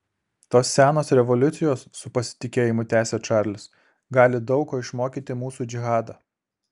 tos senos revoliucijos su pasitikėjimu tęsia čarlis gali daug ko išmokyti mūsų džihadą